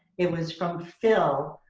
it was from phil,